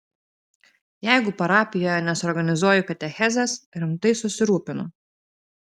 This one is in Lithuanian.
jeigu parapijoje nesuorganizuoju katechezės rimtai susirūpinu